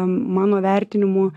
mano vertinimu